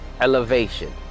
elevation